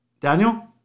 Daniel